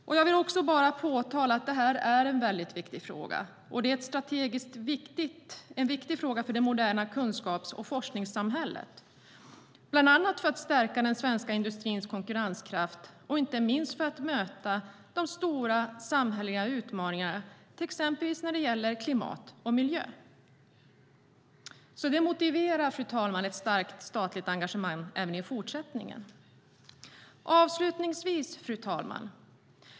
Jag vill framhålla att det här är en viktig fråga. Den är strategiskt viktig för det moderna kunskaps och forskningssamhället bland annat för att stärka den svenska industrins konkurrenskraft och inte minst för att möta de stora samhälleliga utmaningarna till exempel när det gäller klimat och miljö. Detta motiverar ett starkt statligt engagemang även i fortsättningen.